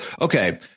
Okay